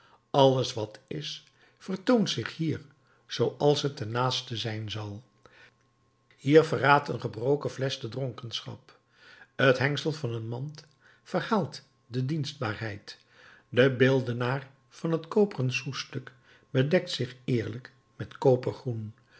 alles wat is vertoont zich hier zooals het ten laatste zijn zal hier verraadt een gebroken flesch de dronkenschap het hengsel van een mand verhaalt de dienstbaarheid de beeldenaar van het koperen soustuk bedekt zich eerlijk met